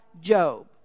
Job